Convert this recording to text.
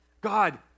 God